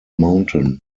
mountain